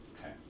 Okay